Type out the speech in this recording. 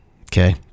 okay